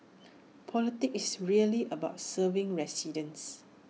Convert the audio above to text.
politics is really about serving residents